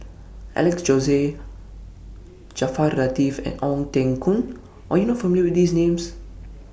Alex Josey Jaafar Latiff and Ong Teng Koon Are YOU not familiar with These Names